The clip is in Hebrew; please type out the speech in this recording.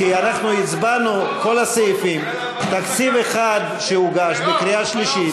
כי אנחנו הצבענו כל הסעיפים בתקציב אחד שהוגש בקריאה שלישית,